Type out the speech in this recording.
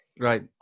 Right